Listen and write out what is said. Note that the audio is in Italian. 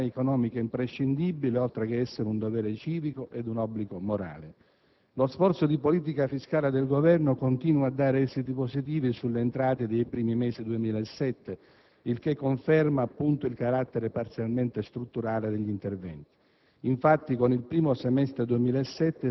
Controllare l'evasione e l'elusione è una necessità economica imprescindibile, oltre che un dovere civico e un obbligo morale. Lo sforzo di politica fiscale del Governo continua a dare esiti positivi sulle entrate dei primi mesi del 2007, il che conferma il carattere parzialmente strutturale degli interventi.